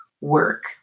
work